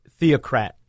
theocrat